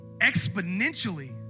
exponentially